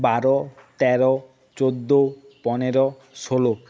বারো তেরো চোদ্দো পনেরো ষোলো